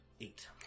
Eight